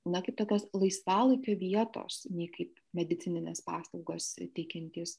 na kaip tokios laisvalaikio vietos nei kaip medicinines paslaugas teikiantys